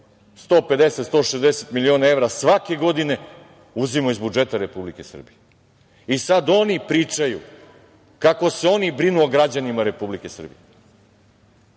150-160 miliona evra svake godine uzimao iz budžeta Republike Srbije. I sad oni pričaju kako se oni brinu o građanima Republike Srbije. Kolega